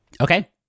Okay